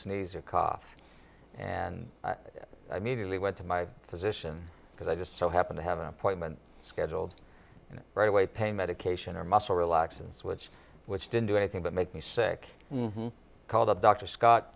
sneeze or cough and i mean really went to my physician because i just so happen to have an appointment scheduled right away pain medication or muscle relaxants which which didn't do anything but make me sick i called up dr scott